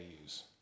use